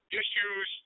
issues